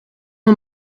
een